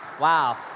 Wow